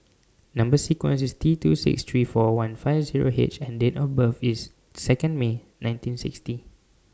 Number sequence IS T two six three four one five Zero H and Date of birth IS Second May nineteen sixty